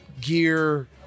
gear